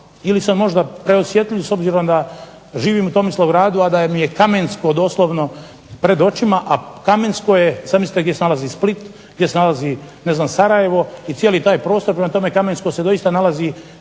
Ili sam možda preosjetljiv s obzirom da živim u Tomislavgradu, a da mi je Kamensko doslovno pred očima. A Kamensko je, zamislite gdje se nalazi Split, gdje se nalazi ne znam Sarajevo i cijeli taj prostor. Prema tome, Kamensko se doista nalazi